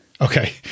Okay